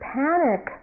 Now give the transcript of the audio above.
panic